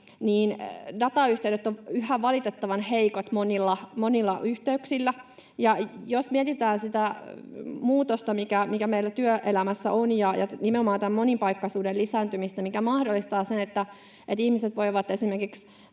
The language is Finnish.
niin datayhteydet ovat yhä valitettavan heikot monilla yhteyksillä. Ja jos mietitään sitä muutosta, mikä meillä työelämässä on — ja nimenomaan tämän monipaikkaisuuden lisääntymistä, mikä mahdollistaa sen, että ihmiset voivat esimerkiksi